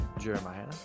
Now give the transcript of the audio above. Jeremiah